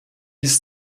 ist